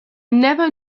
never